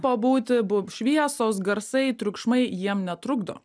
pabūti bu šviesos garsai triukšmai jiem netrukdo